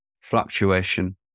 Fluctuation